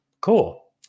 cool